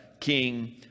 king